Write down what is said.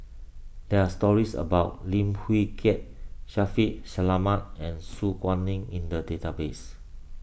there are stories about Lim Wee Kiak Shaffiq Selamat and Su Guaning in the database